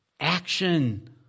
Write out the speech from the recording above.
Action